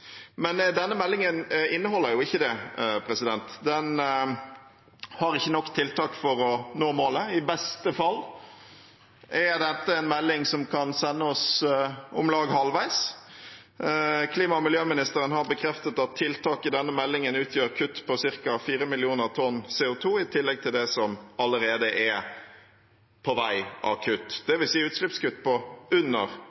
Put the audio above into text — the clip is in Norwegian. Men denne meldingen inneholder ikke det. Den har ikke nok tiltak for å nå målet. I beste fall er dette en melding som kan sende oss om lag halvveis. Klima- og miljøministeren har bekreftet at tiltak i denne meldingen utgjør kutt på ca. 4 millioner tonn CO 2, i tillegg til det som allerede er på vei av kutt.